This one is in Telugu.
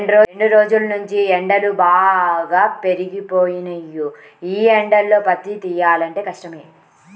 రెండ్రోజుల్నుంచీ ఎండలు బాగా పెరిగిపోయినియ్యి, యీ ఎండల్లో పత్తి తియ్యాలంటే కష్టమే